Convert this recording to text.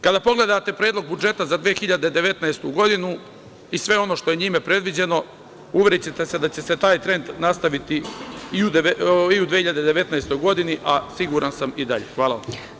Kada pogledate Predlog budžeta za 2019. godinu i sve ono što je njime predviđeno, uverićete se da će taj trend nastaviti i u 2019. godini, a siguran sam i dalje.